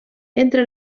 entre